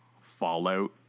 fallout